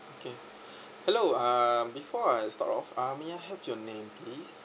okay hello uh before I start off may I have your name please